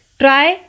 try